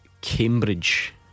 Cambridge